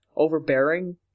overbearing